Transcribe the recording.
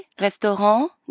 restaurant